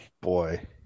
boy